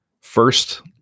first